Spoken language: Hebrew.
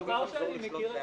אתה צודק.